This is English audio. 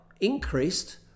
increased